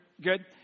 Good